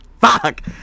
Fuck